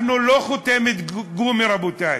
אנחנו לא חותמת גומי, רבותי.